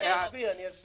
אני אסביר, אני אסביר.